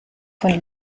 von